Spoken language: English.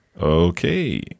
Okay